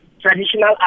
traditional